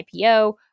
IPO